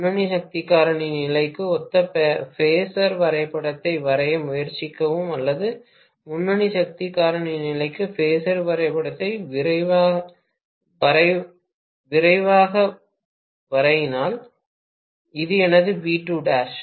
முன்னணி சக்தி காரணி நிலைக்கு ஒத்த பேஸர் வரைபடத்தை வரைய முயற்சிக்கவும் அல்லது முன்னணி சக்தி காரணி நிலைக்கு பேசர் வரைபடத்தை விரைவாக வரையினால் இது எனது V2